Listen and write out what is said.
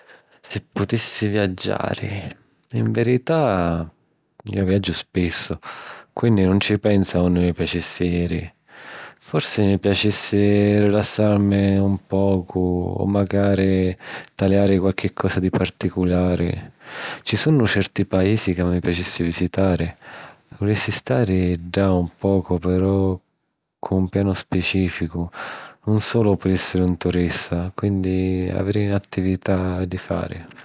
Si putissi viaggiari... in virità, jo viaggiu spissu quinni nun ci pensu a unni mi piacissi jiri. Forsi mi piacissi rilassàrimi un pocu o macari taliari quarchi cosa di particulari. Ci sunnu certi paisi ca mi piacissi visitari. Vulissi stari ddà un pocu però cu un pianu specìficu, non sulu èssiri un turista. Quinni aviri n'attività di fari.